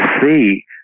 see